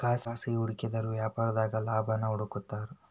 ಖಾಸಗಿ ಹೂಡಿಕೆದಾರು ವ್ಯಾಪಾರದಾಗ ಲಾಭಾನ ಹುಡುಕ್ತಿರ್ತಾರ